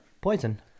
poison